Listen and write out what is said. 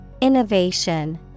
Innovation